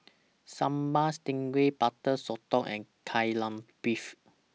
Sambal Stingray Butter Sotong and Kai Lan Beef